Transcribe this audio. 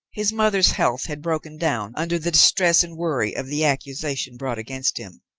his mother's health had broken down under the distress and worry of the accusation brought against him,